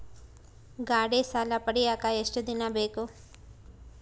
ಗಾಡೇ ಸಾಲ ಪಡಿಯಾಕ ಎಷ್ಟು ದಿನ ಬೇಕು?